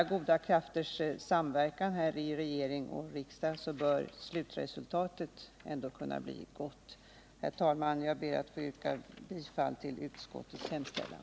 Med alla goda krafters samverkan i regering och riksdag bör slutresultatet kunna bli gott. Herr talman! Jag ber att få yrka bifall till utskottets hemställan.